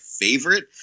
favorite